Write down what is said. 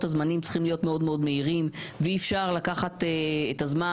הזמנים צריכים להיות מאוד מאוד מהירים ואי אפשר לקחת את הזמן,